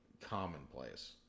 commonplace